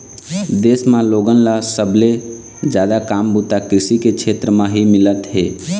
देश म लोगन ल सबले जादा काम बूता कृषि के छेत्र म ही मिलत हे